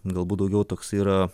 galbūt daugiau toks yra